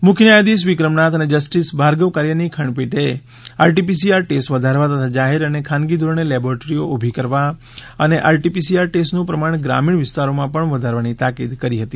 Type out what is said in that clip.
મુખ્ય ન્યાયાધીશ વિક્રમનાથ અને જસ્ટિસ ભાર્ગવ કારીયાની ખંડપીઠે આરટી પીસીઆર ટેસ્ટ વધારવા તથા જાહેર અને ખાનગી ધોરણે લેબોરેટરીઓ ઊભી કરવા અને આરટી પીસીઆર ટેસ્ટનું પ્રમાણ ગ્રામીણ વિસ્તારોમાં પણ વધારવાની તાકીદ કરી હતી